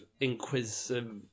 inquisitive